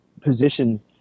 position